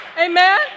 Amen